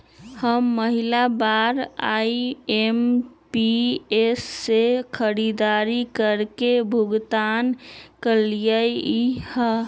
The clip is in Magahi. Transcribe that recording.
हम पहिला बार आई.एम.पी.एस से खरीदारी करके भुगतान करलिअई ह